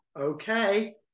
okay